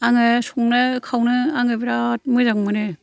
आङो संनो खावनो आङो बिरात मोजां मोनो